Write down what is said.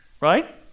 right